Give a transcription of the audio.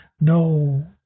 no